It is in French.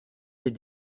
les